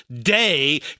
day